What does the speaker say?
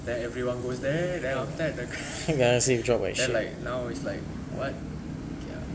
then everyone goes there then after that the then now is like what okay ah